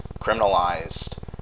criminalized